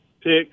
picks